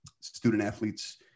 student-athletes